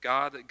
God